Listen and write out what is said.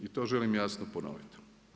I to želim jasno ponoviti.